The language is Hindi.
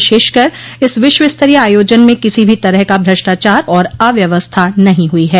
विशेषकर इस विश्व स्तरीय आयोजन में किसी भी तरह का भ्रष्टाचार और अव्यवस्था नहीं हुई है